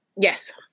Yes